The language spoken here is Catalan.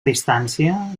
distància